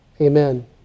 Amen